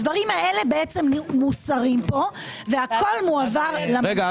הדברים האלה מוסרים פה והכול מועבר למנכ"ל.